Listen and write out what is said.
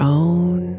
own